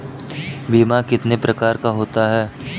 बीमा कितने प्रकार का होता है?